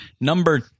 number